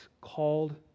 called